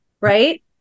Right